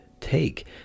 take